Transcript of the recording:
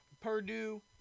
Purdue